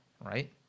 right